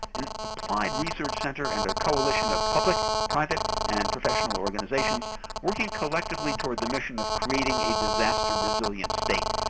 an applied research center and a coalition of public, private, and professional organizations working collectively toward the mission of creating a disaster resilient state.